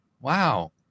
Wow